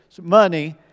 money